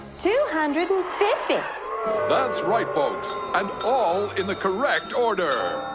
two hundred and fifty that's right, folks. and all in the correct order.